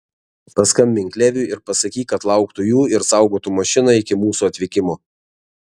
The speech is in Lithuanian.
paskambink leviui ir pasakyk kad lauktų jų ir saugotų mašiną iki mūsų atvykimo